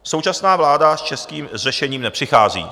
Současná vláda s českým řešením nepřichází.